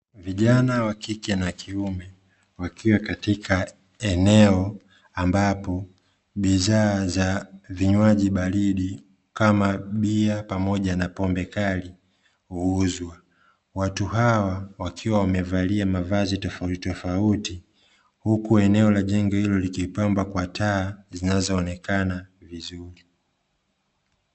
Vijana wakike na wakiume wakiwa katika eneo ambapo bidhaa za vinywaji baridi kama bia pamoja na pombe kali huuzwa. Watu hawa wakiwa wamevalia mavazi tofautitofauti, huku eneo la jengo hilo likipambwa kwa taa zinazo onekana vizuri.